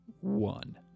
One